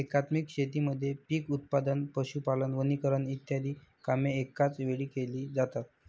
एकात्मिक शेतीमध्ये पीक उत्पादन, पशुपालन, वनीकरण इ कामे एकाच वेळी केली जातात